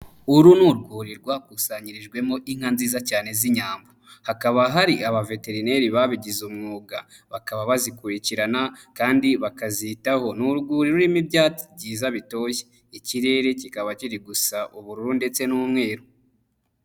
Uru ni urwuri rwakusanyirijwemo inka nziza cyane z'inyambo, hakaba hari abaveterineri babigize umwuga, bakaba bazikurikirana kandi bakazitaho. Ni urwuri rurimo ibyatsi byiza bitoshye, ikirere kikaba kiri gusa ubururu ndetse n'umweruru.